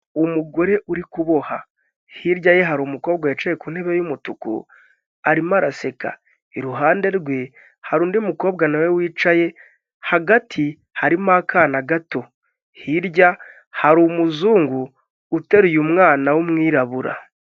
Umugore uri kuboha hirya ye hari umukobwa wicaye ku ntebe y'umutuku arimo araseka, iruhande rwe hari undi mukobwa nawe wicaye hagati harimo akana gato, hirya hari umuzungu uteruye umwana w'umwirabura.